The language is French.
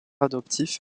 adoptif